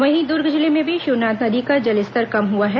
वहीं दुर्ग जिले में भी शिवनाथ नदी का जलस्तर कम हुआ है